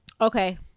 Okay